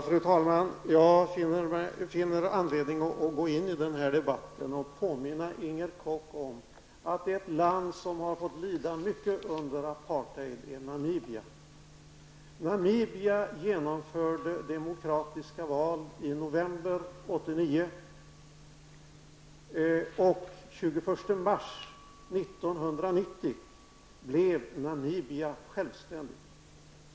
Fru talman! Jag finner anledning att gå in i denna debatt och påminna Inger Koch om att ett land som har fått lida mycket under apartheidsystemet är Namibia. Namibia genomförde demokratiska val i november 1989. Den 21 mars 1990 blev Namibia självständigt.